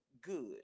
good